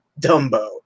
Dumbo